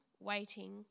waiting